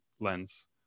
lens